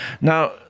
Now